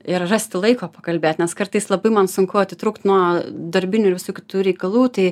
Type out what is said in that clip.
ir rasti laiko pakalbėt nes kartais labai man sunku atitrūkt nuo darbinių ir visų kitų reikalų tai